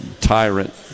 tyrant